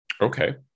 Okay